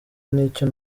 n’icyo